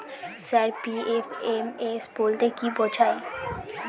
Sir PFMS বলতে কি বোঝায়?